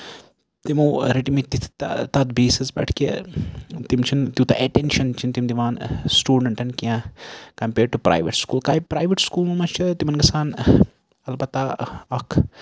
تِمو رٔٹۍ مٕتۍ تِتھ تَتھ بیسٕز پٮ۪ٹھ کہِ تِم چھِنہٕ تیوٗتاہ ایٹینشن چھِنہٕ تِم دِوان سٹوٗڈنٹَن کیٚنہہ compared to private school private سکوٗلن منٛز چھِ تِمن گژھان البتہ اکھ